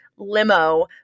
limo